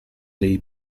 dei